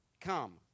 Come